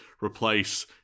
replace